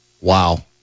wow